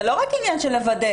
זה לא רק עניין של לוודא.